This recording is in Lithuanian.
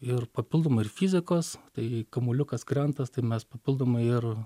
ir papildomai ir fizikos tai kamuoliukas krenta tai mes papildomai ir